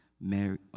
Mary